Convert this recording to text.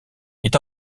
est